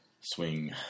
swing